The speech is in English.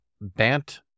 Bant